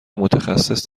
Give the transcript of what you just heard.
متخصص